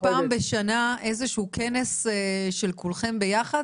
פעם בשנה איזה שהוא כנס של כולכם ביחד